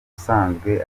usanzwe